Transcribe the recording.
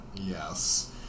yes